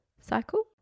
cycle